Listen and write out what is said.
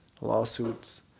lawsuits